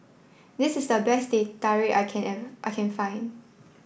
this is the best Teh Tarik I can I can find